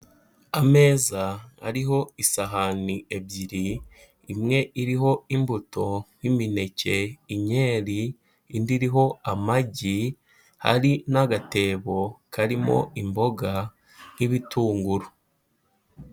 Ameza ariho isahani ebyiri, imwe iriho imbuto nk'imineke, inkeri, indi iriho amagi, hari n'agatebo karimo imboga nk'ibitunguru.